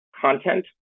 content